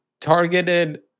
targeted